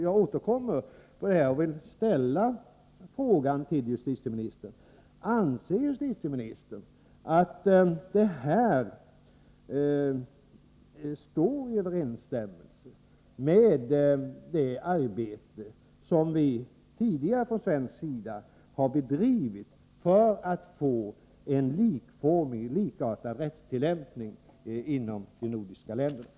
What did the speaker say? Jag återkommer till min fråga: Anser justitieministern att detta står i överensstämmelse med det arbete som vi från svensk sida tidigare har bedrivit för att få en likartad rättstillämpning inom de nordiska länderna?